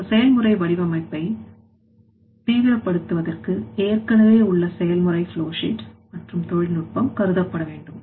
ஒரு செயல்முறை வடிவமைப்பை தீவிர படுத்துவதற்கு ஏற்கனவே உள்ள செயல்முறை flowsheet மற்றும் தொழில்நுட்பம் கருதப்பட வேண்டும்